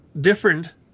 different